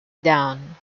down